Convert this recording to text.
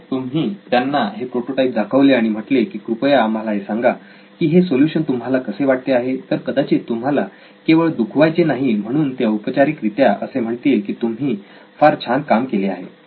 जर तुम्ही त्यांना हे प्रोटोटाईप दाखवले आणि म्हटले की कृपया आम्हाला हे सांगा की हे सोल्युशन तुम्हाला कसे वाटते आहे तर कदाचित तुम्हाला केवळ दुखवायचे नाही म्हणून ते औपचारिक रित्या असे म्हणतील की तुम्ही फार छान काम केले आहे